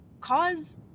cause